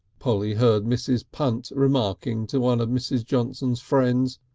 polly heard mrs. punt remarking to one of mrs. johnson's friends,